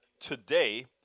Today